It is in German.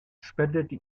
spendete